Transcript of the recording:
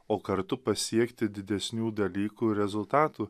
o kartu pasiekti didesnių dalykų rezultatų